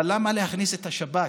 אבל למה להכניס את השב"כ?